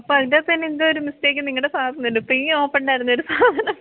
അപ്പോള് അതിൻ്റെയകത്തു തന്നെ എന്തോ ഒരു മിസ്റ്റേക്ക് നിങ്ങളുടെ ഭാഗത്തുനിന്നുണ്ട് പ്രീ ഓപ്പൺഡ് ആയിരുന്ന ഒരു സാധനം